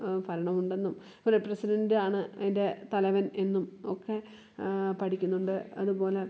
ഭരണമുണ്ടെന്നും പിന്നെ പ്രസിഡൻറ്റാണ് അതിന്റെ തലവൻ എന്നും ഒക്കെ പഠിക്കുന്നുണ്ട് അതുപോലെ